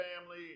family